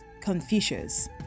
Confucius